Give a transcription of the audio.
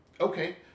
okay